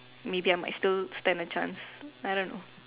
maybe I might still stand a chance I don't know